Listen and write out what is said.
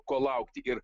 ko laukti ir